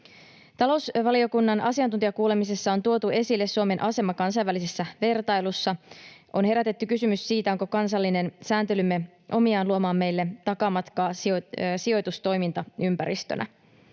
Talousvaliokunnan asiantuntijakuulemisissa on tuotu esille Suomen asema kansainvälisessä vertailussa. On herätetty kysymys siitä, onko kansallinen sääntelymme omiaan luomaan meille takamatkaa sijoitustoimintaympäristönä.